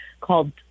called